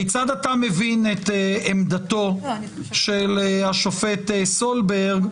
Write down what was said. מבין את עמדתו של השופט סולברג,